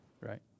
right